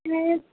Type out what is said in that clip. হুম